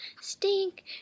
Stink